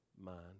mind